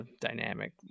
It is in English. dynamic